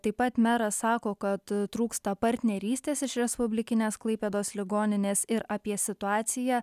taip pat meras sako kad trūksta partnerystės iš respublikinės klaipėdos ligoninės ir apie situaciją